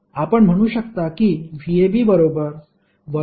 आपण म्हणू शकता कि vab बरोबर वजा vba